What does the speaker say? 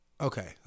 okay